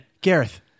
gareth